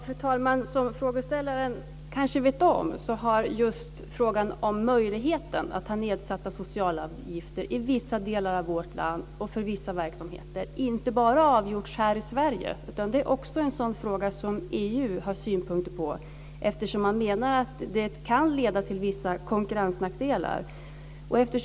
Fru talman! Som frågeställaren kanske vet har frågan om möjligheten att ha nedsatta socialavgifter i vissa delar av vårt land och för vissa verksamheter inte bara avgjorts här i Sverige. Det är också en fråga som EU har synpunkter på, eftersom man menar att det kan leda till vissa konkurrensnackdelar.